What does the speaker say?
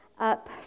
up